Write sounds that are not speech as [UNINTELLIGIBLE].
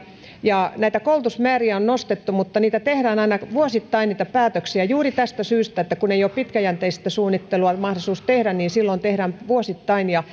näitä koulutusmääriä on nostettu mutta niitä päätöksiä tehdään aina vuosittain juuri tästä syystä että kun ei ole pitkäjänteistä suunnittelua mahdollisuus tehdä niin silloin tehdään vuosittain ja [UNINTELLIGIBLE]